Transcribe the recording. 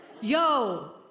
Yo